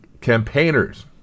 campaigners